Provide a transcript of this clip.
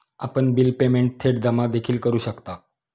आपण bill payment थेट जमा देखील करू शकता